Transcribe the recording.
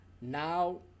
Now